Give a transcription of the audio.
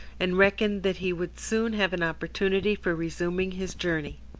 and reckoned that he would soon have an opportunity for resuming his journey.